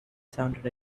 sounded